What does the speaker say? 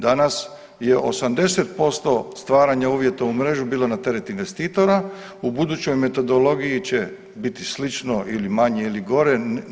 Danas je 80% stvaranja uvjeta u mrežu bilo na teret investitora, u budućoj metodologiji će biti slično ili manje ili gore.